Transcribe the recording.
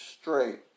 straight